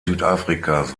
südafrikas